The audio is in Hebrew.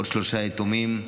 עוד שלושה יתומים.